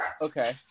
Okay